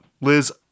Liz